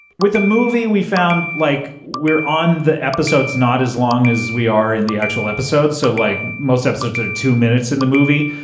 with the movie we found like we're on the episodes not as long as we are in the actual episodes. so like most episodes are two minutes in the movie.